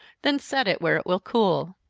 then set it where it will cool.